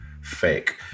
fake